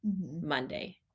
monday